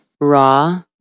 Raw